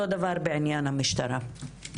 אותו דבר בענין המשטרה.